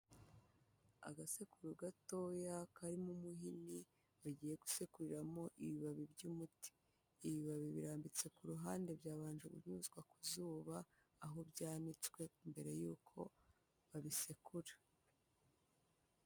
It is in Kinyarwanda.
Agasekuru gatoya karimo umuhini bagiye gusekuriramo ibibabi ry'umuti, ibibabi birambitse ku ruhande byabanje kunyuzwa ku zuba, aho byanitswe mbere y'uko babisekura.